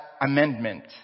amendment